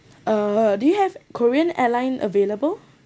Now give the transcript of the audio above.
uh do you have korean airline available